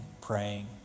praying